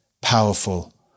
powerful